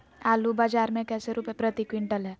आलू बाजार मे कैसे रुपए प्रति क्विंटल है?